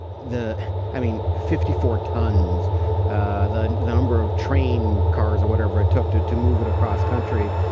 the i mean fifty four tons the number of train cars or whatever it took to to move it across country